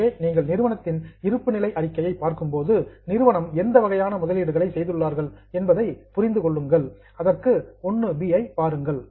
எனவே நீங்கள் நிறுவனத்தின் இருப்புநிலை அறிக்கையைப் பார்க்கும்போது நிறுவனம் எந்த வகையான முதலீடுகளை செய்துள்ளார்கள் என்பதை புரிந்து கொள்வதற்கு 1ஐ பாருங்கள்